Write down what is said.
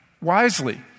wisely